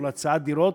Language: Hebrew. או להצעת דירות